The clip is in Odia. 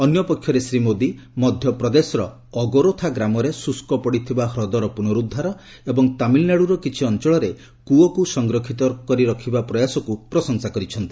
ଅନ୍ୟପକ୍ଷରେ ଶ୍ରୀ ମୋଦି ମଧ୍ୟପ୍ରଦେଶର ଅଗରୋଥା ଗ୍ରାମରେ ଶୁଷ୍କ ପଡିଥିବା ହ୍ରଦର ପୁନରୁଦ୍ଧାର ଏବଂ ତାମିଲନାଡୁର କିଛି ଅଞ୍ଚଳରେ କୂଅକୁ ସଂରକ୍ଷିତ କରି ରଖିବା ପ୍ରୟାସକୁ ପ୍ରଶଂସା କରିଛନ୍ତି